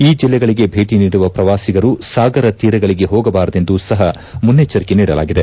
ಈ ಜಿಲ್ಲೆಗಳಿಗೆ ಭೇಟಿ ನೀಡುವ ಪ್ರವಾಸಿಗರು ಸಾಗರ ತೀರಗಳಿಗೆ ಹೋಗಬಾರದೆಂದು ಸಹ ಮುನ್ನೆಚ್ಚರಿಕೆ ನೀಡಲಾಗಿದೆ